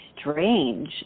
strange